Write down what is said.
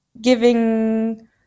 giving